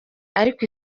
ariko